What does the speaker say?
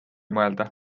mõelda